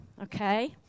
Okay